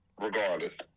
regardless